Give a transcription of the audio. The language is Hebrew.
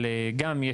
אבל גם,